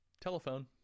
Telephone